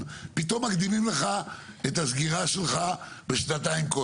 פתאום מקדימים את הסגירה שלך בשנתיים,